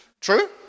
true